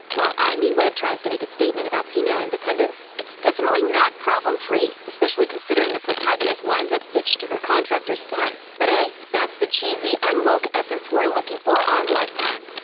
while i me wed tries to make a statement about female independence, it's definitely not problem free, especially considering the protagonist winds up hitched to her contractor's son. but hey. that's the cheesy, un-woke essence we're looking for on lifetime.